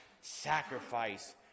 Sacrifice